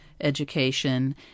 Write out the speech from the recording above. education